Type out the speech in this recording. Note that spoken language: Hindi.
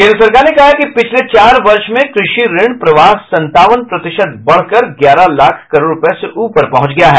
केंद्र सरकार ने कहा है कि पिछले चार वर्ष में कृषि ऋण प्रवाह सतावन प्रतिशत बढ़कर ग्यारह लाख करोड़ रूपये से ऊपर पहुंच गया है